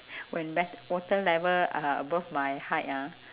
when that water level uh above my height ah